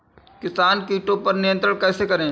किसान कीटो पर नियंत्रण कैसे करें?